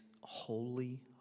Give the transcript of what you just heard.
holy